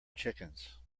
chickens